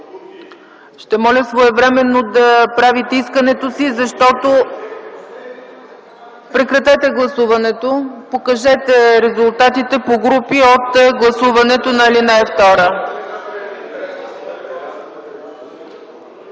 Ще моля своевременно да правите искането си. Прекратете гласуването и покажете резултатите по групи от гласуването на ал.